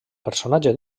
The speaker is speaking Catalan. personatge